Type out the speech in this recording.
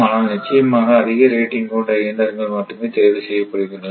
ஆனால் நிச்சயமாக அதிக ரேட்டிங் கொண்ட இயந்திரங்கள் மட்டுமே தேர்வு செய்யப்படுகின்றன